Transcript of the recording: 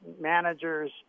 managers